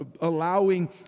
allowing